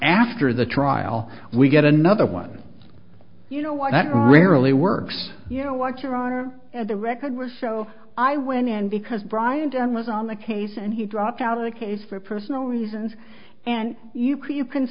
after the trial we get another one you know what that rarely works you know what your are at the record will show i went and because brian dunn was on the case and he dropped out of the case for personal reasons and you create you can